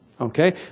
Okay